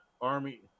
Army